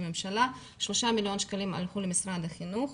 הממשלה ושלושה מיליון שקלים למשרד החינוך,